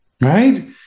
right